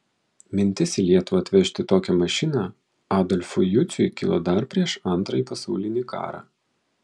mintis į lietuvą atvežti tokią mašiną adolfui juciui kilo dar prieš antrąjį pasaulinį karą